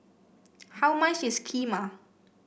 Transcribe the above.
how much is Kheema